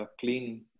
clean